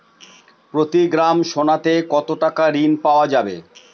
প্রতি গ্রাম সোনাতে কত টাকা ঋণ পাওয়া যাবে?